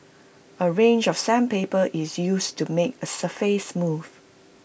A range of sandpaper is used to make the surface smooth